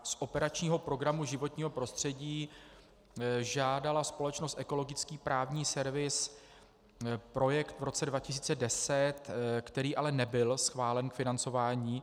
Z operačního programu Životní prostředí žádala společnost Ekologický právní servis projekt v roce 2010, který ale nebyl schválen k financování.